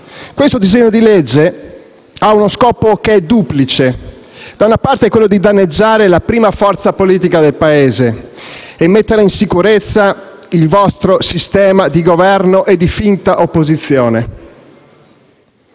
Questo disegno di legge ha uno scopo che è duplice: da una parte, danneggiare la prima forza politica del Paese e mettere in sicurezza il vostro sistema di Governo e di finta opposizione.